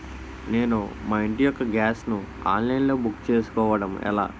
నేను మా ఇంటి యెక్క గ్యాస్ ను ఆన్లైన్ లో బుక్ చేసుకోవడం ఎలా?